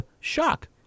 shock